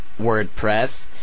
WordPress